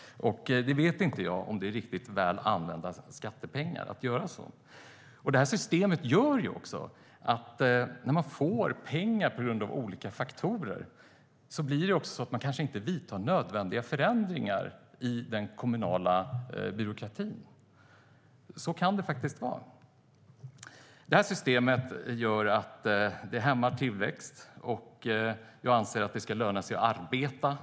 Jag vet inte riktigt om det är väl använda skattepengar. När man får pengar på grund av olika faktorer i det här systemet blir det kanske också så att man inte vidtar nödvändiga förändringar i den kommunala byråkratin. Så kan det faktiskt vara. Det här systemet hämmar tillväxt. Jag anser att det ska löna sig att arbeta.